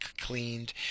cleaned